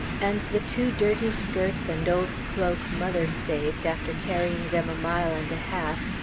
and the two dirty skirts and old cloak mother saved, after carrying them a mile and a half,